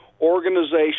organization